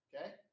okay